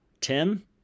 Tim